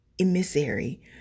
Emissary